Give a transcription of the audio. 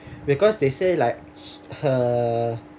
because they say like her